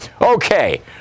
okay